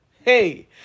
Hey